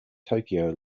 tokyo